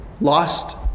lost